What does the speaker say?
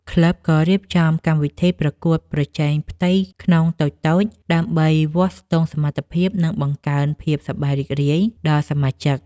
ក្លឹបក៏រៀបចំកម្មវិធីប្រកួតប្រជែងផ្ទៃក្នុងតូចៗ ដើម្បីវាស់ស្ទង់សមត្ថភាព និងបង្កើនភាពសប្បាយរីករាយដល់សមាជិក។